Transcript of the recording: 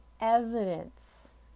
evidence